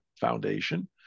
Foundation